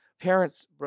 Parents